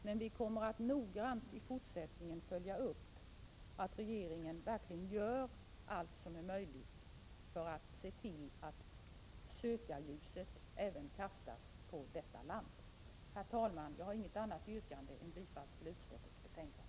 Men vi kommer i fortsättningen att noggrant följa upp att regeringen verkligen gör allt som är möjligt för att se till att sökarljuset även kastas på detta land. Herr talman! Jag har inget annat yrkande än om bifall till utskottets hemställan.